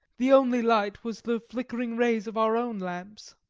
the only light was the flickering rays of our own lamps,